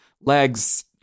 Legs